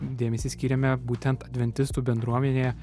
dėmesį skyrėme būtent adventistų bendruomenėje